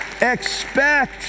expect